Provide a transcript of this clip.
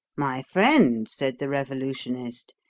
my friend, said the revolutionist,